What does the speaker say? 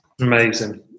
Amazing